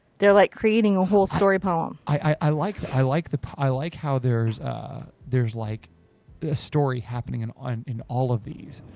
they're like creating a whole story poem. i, i, i like, i like the, i like how there's there's like a story happening and um in all of these.